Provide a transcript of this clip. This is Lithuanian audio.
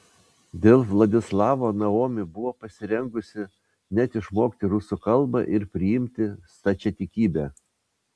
dėl vladislavo naomi buvo pasirengusi net išmokti rusų kalbą ir priimti stačiatikybę